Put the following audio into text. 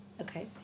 Okay